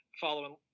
following